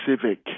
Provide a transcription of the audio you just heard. civic